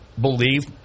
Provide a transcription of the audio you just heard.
believe